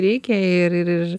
reikia ir ir ir